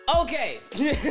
Okay